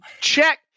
check